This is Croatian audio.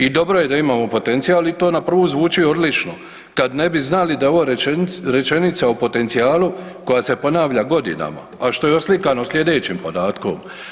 I dobro je da imamo potencijal i to na prvu zvuči odlično, kad ne bi znali da je ovo rečenica o potencijalu koja se ponavlja godinama, a što je oslikano sljedećim podatkom.